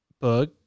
bug